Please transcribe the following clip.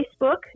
Facebook